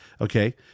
okay